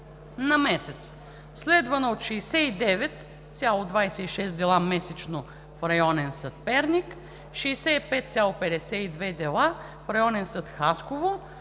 на месец, следвана от 69,26 дела месечно в Районен съд –Перник, 65,52 дела в Районен съд – Хасково,